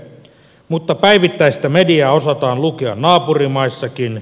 mutta päivittäistä mediaa osataan lukea naapurimaissakin